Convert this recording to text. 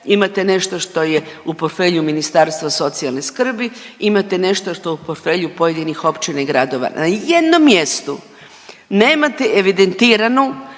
imate nešto što je u portfelju Ministarstva socijalne skrbi, imate nešto što je u portfelju pojedinih općina i gradova. Na jednom mjestu nemate evidentiranu